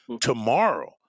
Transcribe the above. tomorrow